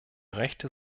rechte